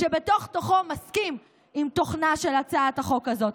שבתוך-תוכו מסכים לתוכנה של הצעת החוק הזאת.